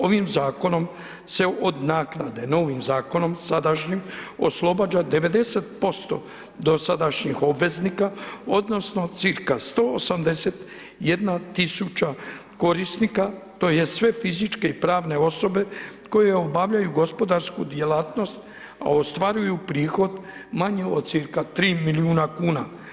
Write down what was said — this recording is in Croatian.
Ovim zakonom se od naknade novim zakonom sadašnjim oslobađa 90% dosadašnjih obveznika odnosno cca 181 tisuća korisnika tj. sve fizičke i pravne osobe koje obavljaju gospodarsku djelatnost, a ostvaruju prihod manje od cca 3 milijuna kuna.